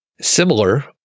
Similar